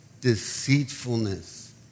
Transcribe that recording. Deceitfulness